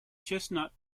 chestnut